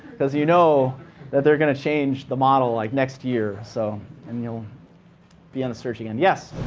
because you know that they're going to change the model like next year. so and you'll be on the search again. yes.